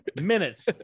minutes